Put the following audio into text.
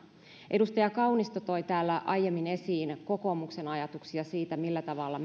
edustaja kaunisto toi täällä aiemmin esiin kokoomuksen ajatuksia siitä millä tavalla